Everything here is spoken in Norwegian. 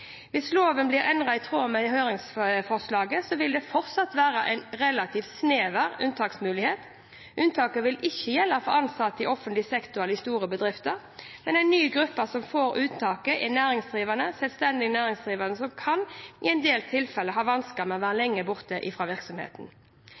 Hvis loven blir endret i tråd med høringsforslaget, vil det fortsatt være en relativt snever unntaksmulighet. Unntak vil ikke gjelde for ansatte i offentlig sektor eller i store bedrifter. En ny gruppe som kan få unntak, er næringsdrivende. Selvstendig næringsdrivende kan i en del tilfeller ha vansker med å være lenge borte fra virksomheten.